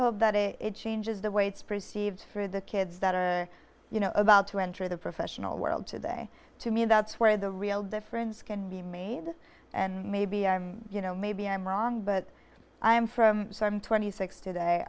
hope that it changes the way it's perceived for the kids that are you know about to enter the professional world today to me that's where the real difference can be made and maybe i'm you know maybe i'm wrong but i am from twenty six today